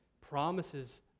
promises